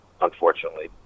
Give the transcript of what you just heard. unfortunately